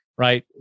Right